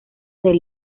del